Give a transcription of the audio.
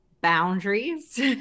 boundaries